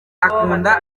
akunda